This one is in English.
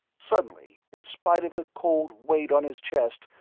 suddenly, in spite of the cold weight on his chest,